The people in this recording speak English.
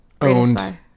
Owned